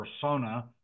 persona